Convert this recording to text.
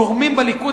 גורמים בליכוד,